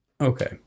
Okay